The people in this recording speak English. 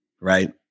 right